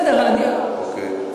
אוקיי.